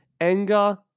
anger